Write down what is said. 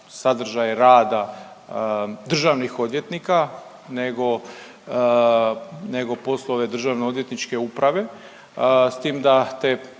sadržaj rada državnih odvjetnika, nego poslove državno-odvjetničke uprave s tim da te